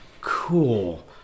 cool